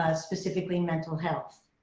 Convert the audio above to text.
ah specifically and mental health.